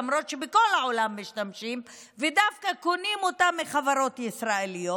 למרות שבכל העולם משתמשים ודווקא קונים אותה מחברות ישראליות,